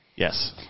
Yes